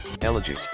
Elegy